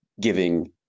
giving